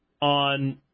on